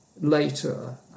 later